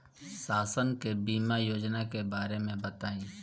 शासन के बीमा योजना के बारे में बताईं?